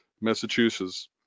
Massachusetts